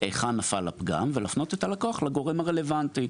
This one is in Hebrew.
היכן נפל הפגם ולהפנות את הלקוח לגורם הרלוונטי.